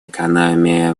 экономии